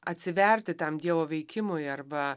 atsiverti tam dievo veikimui arba